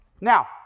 Now